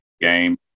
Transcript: game